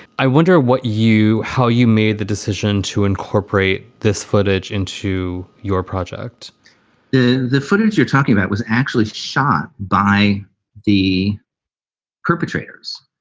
i wonder what you how you made the decision to incorporate this footage into your project the the footage you're talking about was actually shot by the perpetrators.